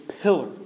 pillar